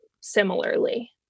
similarly